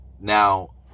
Now